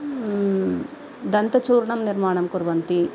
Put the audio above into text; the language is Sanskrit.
दन्तचूर्णं निर्माणं कुर्वन्ति